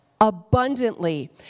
abundantly